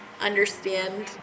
understand